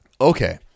Okay